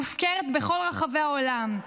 מופקרת בכל רחבי העולם,